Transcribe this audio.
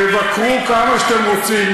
תבקרו כמה שאתם רוצים,